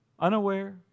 Unaware